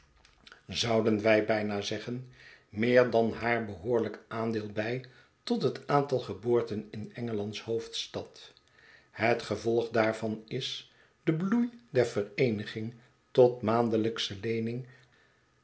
zouden wij bijna zeggen meer dan haar behoorlijk aandeel bij tot het aantal geboorten in engelands hoofdstad het gevolg daarvan is de bloei der vereeniging tot maandelijksche leening